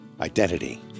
Identity